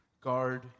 Guard